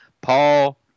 Paul